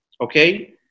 Okay